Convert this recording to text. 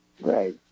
Right